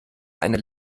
eine